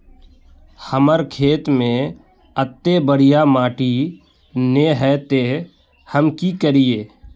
हमर खेत में अत्ते बढ़िया माटी ने है ते हम की करिए?